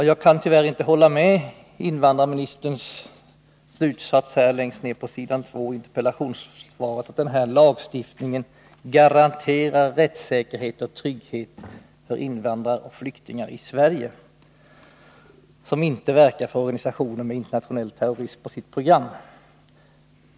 Jag kan tyvärr inte instämma i invandrarministerns slutsats i interpellationssvaret, att denna lagstiftning garanterar rättssäkerhet och trygghet för invandrare och flyktingar i Sverige som inte verkar för organisationer med internationell terrorism på sitt program.